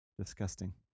Disgusting